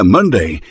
Monday